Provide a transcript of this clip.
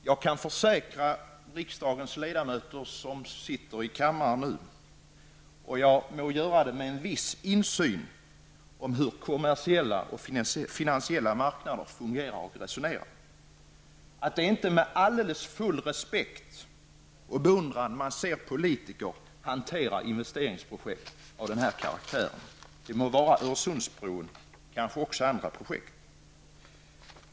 Jag kan försäkra riksdagens ledamöter som sitter i kammaren nu -- och jag gör det med en viss insyn i hur de kommersiella och finansiella marknaderna fungerar och resonerar -- att det är inte med alldeles full respekt och beundran man ser politiker hantera investeringsprojekt av den här karaktären, det må vara Öresundsbron lika väl som andra projekt.